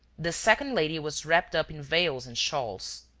this second lady was wrapped up in veils and shawls.